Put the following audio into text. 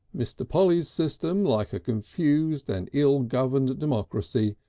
mr. polly's system, like a confused and ill-governed democracy,